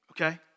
Okay